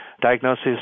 diagnosis